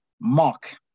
Mark